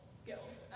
skills